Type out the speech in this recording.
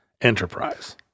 enterprise